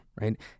right